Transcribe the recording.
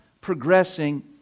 progressing